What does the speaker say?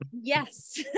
yes